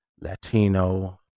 Latino